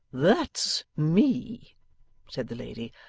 that's me said the lady.